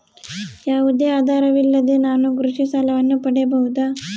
ಯಾವುದೇ ಆಧಾರವಿಲ್ಲದೆ ನಾನು ಕೃಷಿ ಸಾಲವನ್ನು ಪಡೆಯಬಹುದಾ?